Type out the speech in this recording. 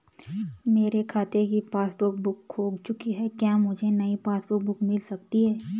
मेरे खाते की पासबुक बुक खो चुकी है क्या मुझे नयी पासबुक बुक मिल सकती है?